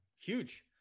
huge